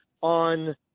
on